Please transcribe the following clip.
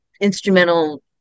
instrumental